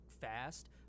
fast